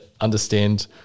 understand